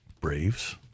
Braves